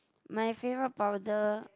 my favorite powder